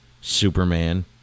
Superman